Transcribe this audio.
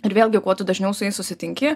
ir vėlgi kuo tu dažniau su jais susitinki